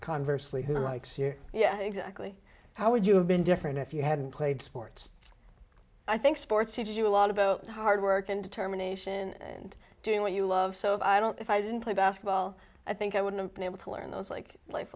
conversely who likes you yeah exactly how would you have been different if you hadn't played sports i think sports teaches you a lot about hard work and determination and doing what you love so if i don't if i didn't play basketball i think i wouldn't be able to learn those like life